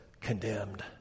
condemned